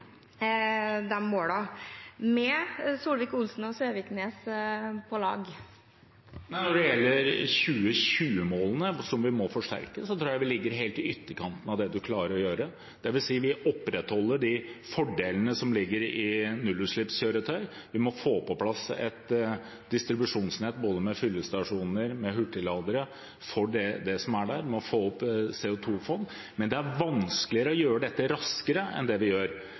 med statsrådene Solvik-Olsen og Søviknes på lag? Når det gjelder 2020-målene, som vi må forsterke, tror jeg vi ligger helt i ytterkanten av det man klarer å gjøre, dvs. at vi opprettholder de fordelene som ligger i nullutslippskjøretøy. Vi må få på plass et distribusjonsnett både med fyllestasjoner og med hurtigladere – vi må få opp CO 2 -fond, men det er vanskeligere å gjøre dette raskere enn det vi gjør.